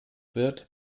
wird